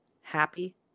Happy